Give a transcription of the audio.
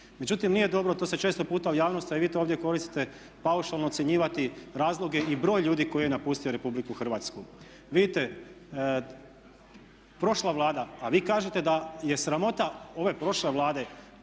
Međutim nije dobro, to se često puta u javnosti a i vi to ovdje koristite paušalno ocjenjivati razloge i broj ljudi koji je napustio Republiku Hrvatsku. Vidite, prošla Vlada a vi kažete da je sramota ove prošle Vlade